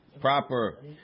proper